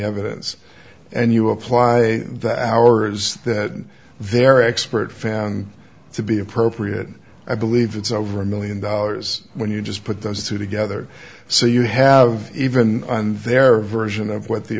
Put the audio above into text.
evidence and you apply that hours that their expert found to be appropriate i believe it's over a million dollars when you just put those two together so you have even their version of what the